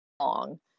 long